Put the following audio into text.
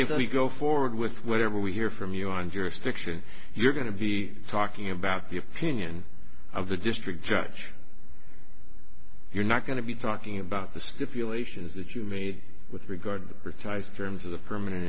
if you go forward with whatever we hear from you on jurisdiction you're going to be talking about the opinion of a district judge you're not going to be talking about the stipulations that you me with regard for ties germs of the permanent